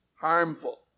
harmful